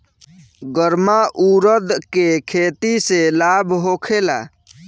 गर्मा उरद के खेती से लाभ होखे ला?